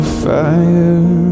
fire